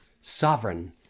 sovereign